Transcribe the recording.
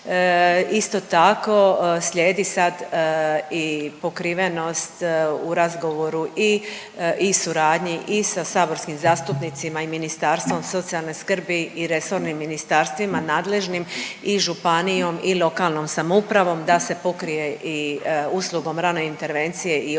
Isto tako, slijedi sad i pokrivenost u razgovoru i suradnji i sa saborskim zastupnicima i ministarstvom socijalne skrbi i resornim ministarstvima nadležnim i županijom i lokalnom samoupravom da se pokrije i uslugom rane intervencije i otok